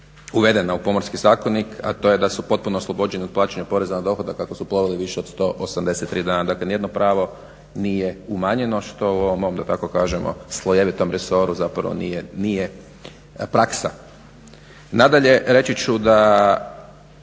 uvedena u Pomorski zakonik, a to je da su potpuno oslobođeni od plaćanja poreza na dohodak ako su plovili više od 183 dana. Dakle, nijedno pravo nije umanjeno što u ovom mom da tako kažemo slojevitom resoru zapravo nije praksa. Nadalje, reći ću da